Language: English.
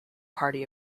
party